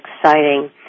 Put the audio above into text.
exciting